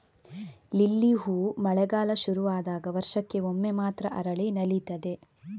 lily ಹೂ ಮಳೆಗಾಲ ಶುರು ಆದಾಗ ವರ್ಷಕ್ಕೆ ಒಮ್ಮೆ ಮಾತ್ರ ಅರಳಿ ನಲೀತದೆ